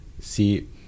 see